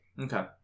Okay